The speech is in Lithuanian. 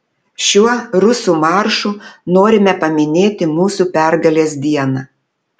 šiuo rusų maršu norime paminėti mūsų pergalės dieną